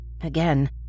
Again